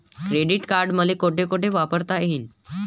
Credit card मले कोठ कोठ वापरता येईन?